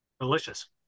Delicious